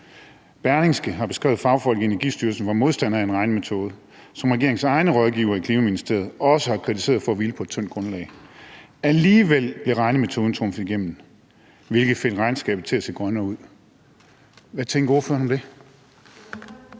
Berlingske har beskrevet, at fagfolk i Energistyrelsen var modstandere af en regnemetode, som regeringens egne rådgivere i Klima-, Energi- og Forsyningsministeriet også har kritiseret for at hvile på et tyndt grundlag. Alligevel blev regnemetoden trumfet igennem, hvilket fik regnskabet til at se grønnere ud. Hvad tænker ordføreren om det?